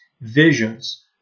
visions